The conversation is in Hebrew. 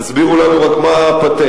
תסבירו לנו רק מה הפטנט.